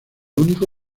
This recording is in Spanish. único